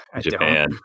Japan